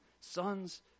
sons